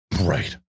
Right